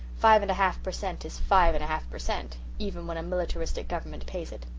five and a half per cent is five and a half per cent, even when a militaristic government pays it.